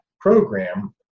program